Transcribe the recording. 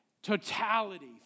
Totality